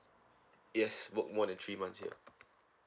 yes work more than three months ya